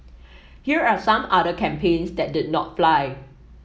here are some other campaigns that did not fly